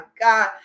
God